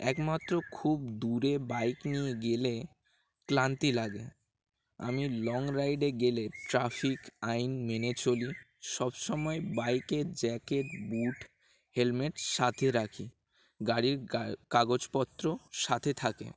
একমাত্র খুব দূরে বাইক নিয়ে গেলে ক্লান্তি লাগে আমি লং রাইডে গেলে ট্রাফিক আইন মেনে চলি সব সমময় বাইকের জ্যাকেট বুট হেলমেট সাথে রাখি গাড়ির কাগজপত্র সাথে থাকে